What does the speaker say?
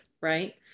right